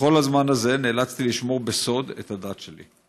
בכל הזמן הזה נאלצתי לשמור בסוד את הדת שלי.